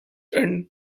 and